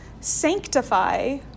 sanctify